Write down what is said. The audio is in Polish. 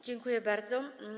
Dziękuję bardzo.